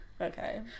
Okay